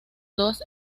dos